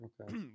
Okay